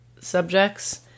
subjects